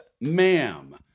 ma'am